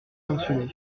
sanctionner